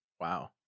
Wow